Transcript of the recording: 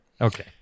okay